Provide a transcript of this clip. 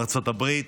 ארצות הברית,